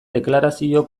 deklarazio